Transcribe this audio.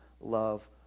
love